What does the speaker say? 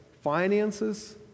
Finances